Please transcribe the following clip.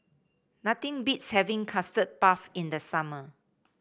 nothing beats having Custard Puff in the summer